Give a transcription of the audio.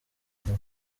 theo